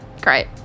Great